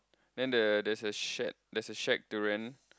then there's a shake durian